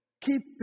kids